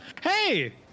Hey